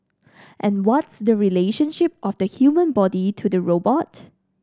and what's the relationship of the human body to the robot